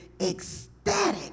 ecstatic